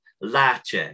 lache